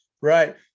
right